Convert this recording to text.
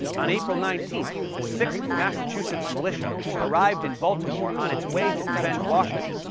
on april nineteenth, the sixth massachusetts militia arrived in baltimore on its way to defend washington,